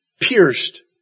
pierced